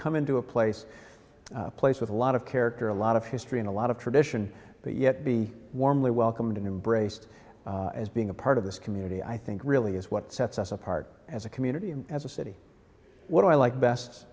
come into a place place with a lot of character a lot of history and a lot of tradition but yet be warmly welcomed in embraced as being a part of this community i think really is what sets us apart as a community and as a city what i like best